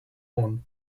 one